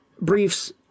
briefs